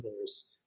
others